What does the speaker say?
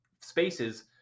spaces